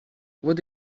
what